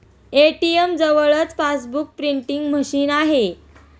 ATM जवळच passbook printing machine आहे